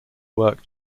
work